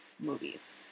movies